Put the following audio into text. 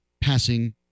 passing